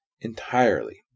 entirely